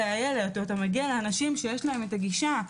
לאילת או לאנשים שיש להם הגישה,